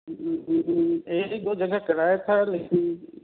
ایک دو جگہ کرایا تھا لیکن